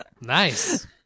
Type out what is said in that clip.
Nice